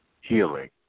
healing